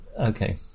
Okay